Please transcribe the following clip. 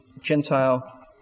Gentile